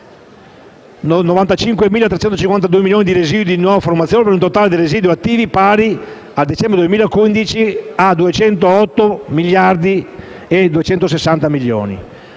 95.352 milioni di residui di nuova formazione, per un totale di residui attivi, al 31 dicembre 2015, pari a 208.260 milioni.